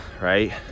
right